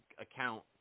account